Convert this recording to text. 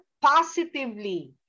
Positively